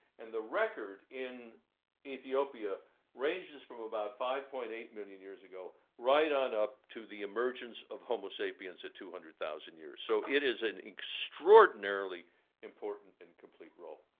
and the record in ethiopia ranges from about five point eight million years ago, right on up to the emergence of homo sapiens at two hundred thousand years. so it is an extraordinarily important and complete role.